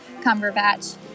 Cumberbatch